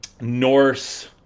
Norse